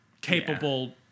capable